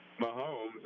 Mahomes